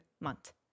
month